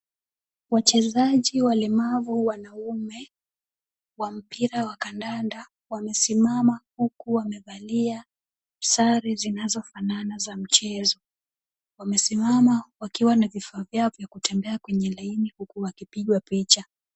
Wachezaji walemavu wanaume wa mpira wa kandanda wamesimama huku wamevalia sare zinazofanana za mchezo, wamesimama wakiwa na vifaa vyao vya kutembea, kwenye mstari huku wakipigwa picha.